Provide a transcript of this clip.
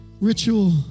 Ritual